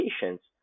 patients